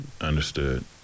Understood